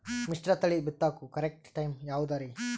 ಮಿಶ್ರತಳಿ ಬಿತ್ತಕು correct time ಯಾವುದರಿ?